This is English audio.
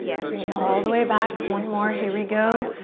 great, all the way back. one more, here we go.